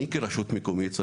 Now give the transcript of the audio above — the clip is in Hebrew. אני כראש רשות מקומית,